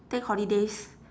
take holidays